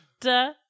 da